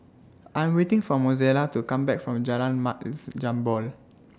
I'm waiting For Mozella to Come Back from Jalan Mat Jambol